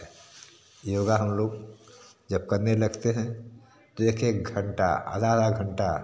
योग हम लोग जब करने लगते हैं तो एक एक घंटा आधा आधा घंटा